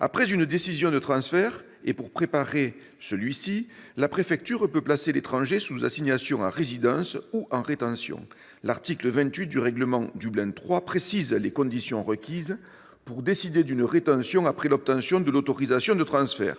Après une décision de transfert, et pour préparer celui-ci, la préfecture peut placer l'étranger sous assignation à résidence ou en rétention. L'article 28 du règlement Dublin III précise les conditions requises pour décider d'une rétention après l'obtention de l'autorisation de transfert :